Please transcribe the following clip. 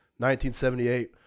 1978